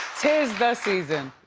tis the season.